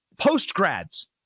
post-grads